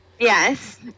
Yes